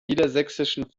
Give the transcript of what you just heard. niedersächsischen